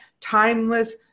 timeless